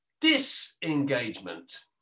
disengagement